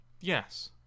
Yes